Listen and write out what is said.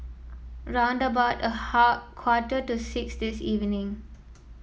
round about a half quarter to six this evening